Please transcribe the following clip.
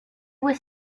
was